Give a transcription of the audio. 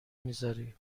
میذاری